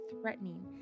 threatening